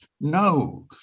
No